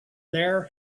there